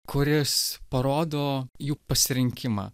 kuris parodo jų pasirinkimą